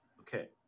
Okay